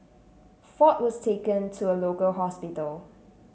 ford was taken to a local hospital